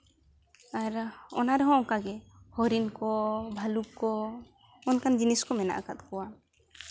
ᱟᱨ ᱚᱱᱟ ᱨᱮᱦᱚᱸ ᱚᱱᱠᱟᱜᱮ ᱦᱚᱨᱤᱱ ᱠᱚ ᱵᱷᱟᱞᱩᱠ ᱠᱚ ᱚᱱᱠᱟᱱ ᱡᱤᱱᱤᱥ ᱠᱚ ᱢᱮᱱᱟᱜ ᱟᱠᱟᱫ ᱠᱚᱣᱟ